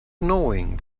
knowing